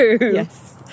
Yes